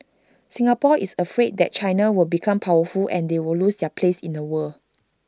Singapore is afraid that China will become powerful and they will lose their place in the world